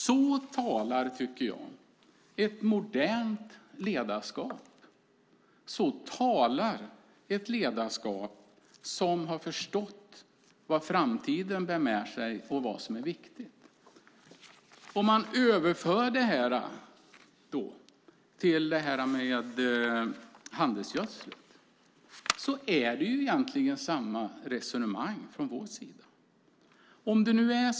Så talar ett modernt ledarskap som har förstått vad framtiden bär med sig och vad som är viktigt. Om man överför det till frågan om handelsgödsel är det egentligen samma resonemang från vår sida sett.